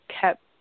kept